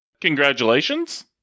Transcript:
Congratulations